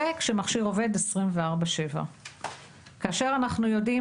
זה כשמכשיר עובד 24/7. כאשר אנחנו יודעים